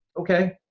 okay